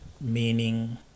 Meaning